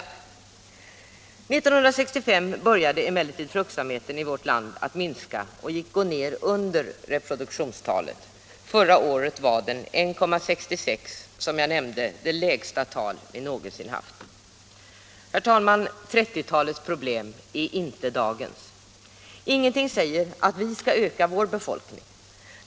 År 1965 började emellertid fruktsamheten i vårt land att minska och gå ned under reproduktionstalet. Förra året var den 1,66 — som jag nämnde det lägsta tal vi någonsin haft. Herr talman! 1930-talets problem är inte dagens. Ingenting säger att vi skall öka vår befolkning.